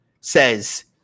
says